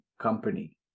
company